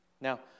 Now